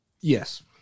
Yes